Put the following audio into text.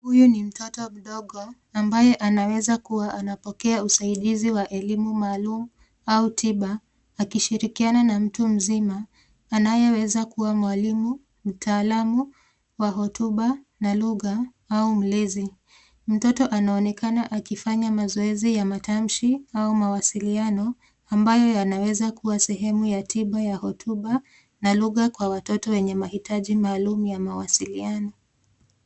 Huyu ni mtoto mdogo, ambaye anaweza kua anapokea usaidizi wa elimu maalum, au tiba, akishirikiana mtu mzima anayeweza kua mwalimu, mtaalamu wa hotuba na lugha au mlezi. Mtoto anaonekana akifanya mazoezi ya matamshi, au mawasiliano, ambayo yanaweza kua sehemu ya tiba ya hotuba na lugha kwa watoto wenye mahitaji maalum ya mawasiliano.